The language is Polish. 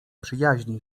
przyjaźni